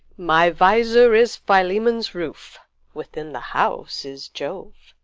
my visor is philemon's roof within the house is jove.